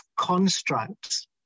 constructs